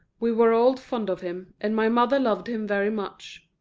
we were all fond of him, and my mother loved him very much.